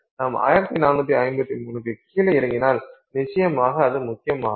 நாம் 1453 க்குக் கீழே இறங்கினால் நிச்சயமாக அது முக்கியமாகும்